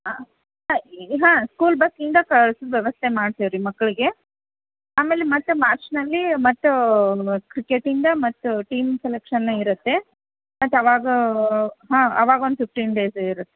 ಹಾಂ ಹಾಂ ಸ್ಕೂಲ್ ಬಸ್ಸಿಂದ ಕಳಿಸೊ ವ್ಯವಸ್ಥೆ ಮಾಡ್ತೇವೆರಿ ಮಕ್ಕಳಿಗೆ ಆಮೇಲೆ ಮತ್ತೆ ಮಾರ್ಚ್ನಲ್ಲಿ ಮತ್ತೆ ಕ್ರಿಕೆಟಿಂದ ಮತ್ತೆ ಟೀಮ್ ಸೆಲೆಕ್ಷನ್ ಇರುತ್ತೆ ಮತ್ತೆ ಆವಾಗ ಹಾಂ ಆವಾಗ ಒಂದು ಫಿಫ್ಟೀನ್ ಡೇಸ್ ಇರುತ್ತೆ